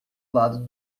lado